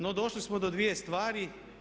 No, došli smo do dvije stvari.